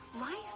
Life